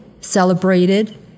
celebrated